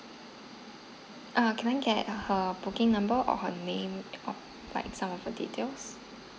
err can I get her booking number or her name of like some of the details